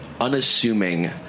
unassuming